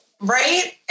right